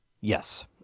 Yes